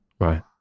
Right